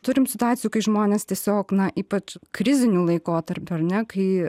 turim situacijų kai žmonės tiesiog na ypač kriziniu laikotarpiu ar ne kai